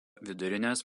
vidurinės